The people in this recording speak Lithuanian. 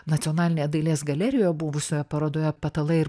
nacionalinėje dailės galerijoje buvusioje parodoje patalai ir